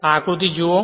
આ આકૃતિ જુઓ